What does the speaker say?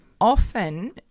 Often